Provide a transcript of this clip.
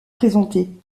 présentée